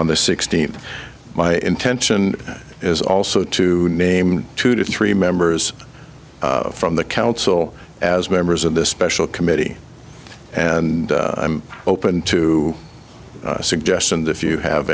on the sixteenth my intention is also to name two to three members from the council as members of this special committee and i'm open to suggestions if you have